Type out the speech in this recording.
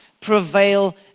prevail